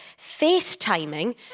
FaceTiming